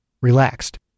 relaxed